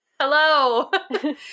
hello